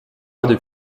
rentré